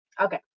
okay